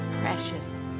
precious